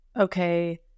okay